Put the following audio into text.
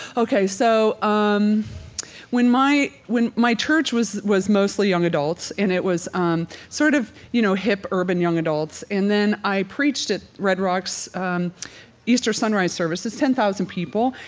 ok. so um when my when my church was was mostly young adults, and it was um sort of, you know, hip, urban young adults. and then i preached at red rocks um easter sunrise services ten thousand people.